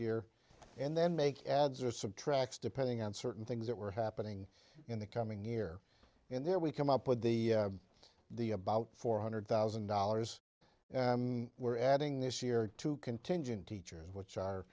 year and then make adds or subtracts depending on certain things that were happening in the coming year in there we come up with the the about four hundred thousand dollars we're adding this year to contingent teachers which are